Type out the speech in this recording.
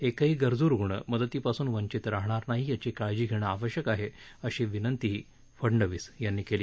एकही गरजू रुग्ण मदतीपासून वंचित राहणार नाही याची काळजी घेणं आवश्यक आहे अशी विनंतीही फडनवीस यांनी केली